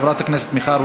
נתקבלה.